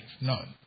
none